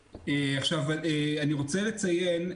האם זו הייתה אותה שוטרת נחמדה?